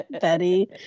Betty